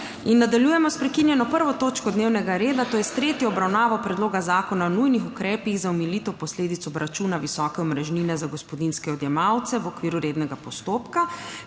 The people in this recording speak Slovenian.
Nadaljujemo s prekinjeno 1. točko dnevnega reda, to je s tretjo obravnavo Predloga zakona o nujnih ukrepih za omilitev posledic obračuna visoke omrežnine za gospodinjske odjemalce v okviru rednega postopka.